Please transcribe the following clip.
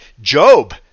Job